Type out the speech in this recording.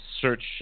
search